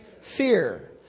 fear